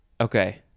Okay